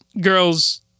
girl's